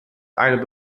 eine